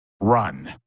Run